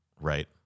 Right